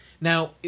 Now